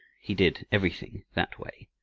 he did everything that way.